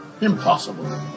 Impossible